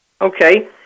Okay